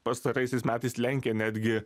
pastaraisiais metais lenkė netgi